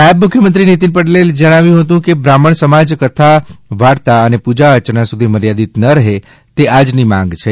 નાયબ મુખ્યમંત્રી નિતિન પટેલે જણાવ્યું કે બ્રાહ્મણ સમાજ કથા વાતો અને પૂજા અર્ચના સુધી મર્યાદિત ન રહે તે આજની માંગ છે